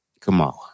Kamala